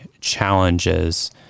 challenges